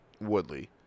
Woodley